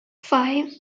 five